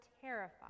terrified